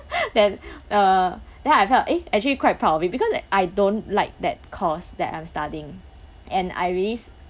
then uh then I felt eh actually quite proud of it because I don't like that course that I'm studying and I really